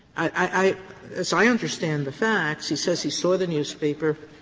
i as i understand the facts, he says he saw the newspaper,